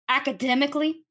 academically